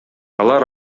алар